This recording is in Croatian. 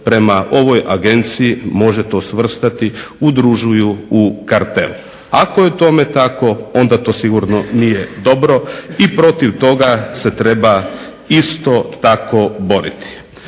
prema ovoj agenciji može to svrstati udružuju u kartel. Ako je tome tako onda to sigurno nije dobro i protiv toga se treba isto tako boriti.